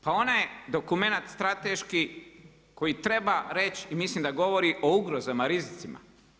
Pa ona je dokumenat strateški koji treba reći i mislim da govori o ugrozama, rizicima.